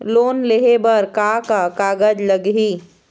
Loan लेहे बर का का कागज लगही?